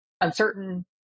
uncertain